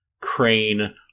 Crane